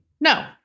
no